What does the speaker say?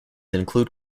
include